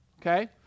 okay